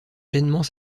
pleinement